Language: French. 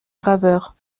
graveurs